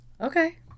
Okay